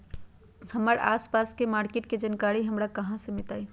हमर आसपास के मार्किट के जानकारी हमरा कहाँ से मिताई?